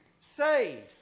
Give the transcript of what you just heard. Saved